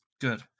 Good